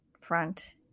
front